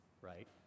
right